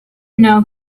know